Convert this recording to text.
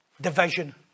division